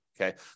Okay